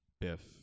Biff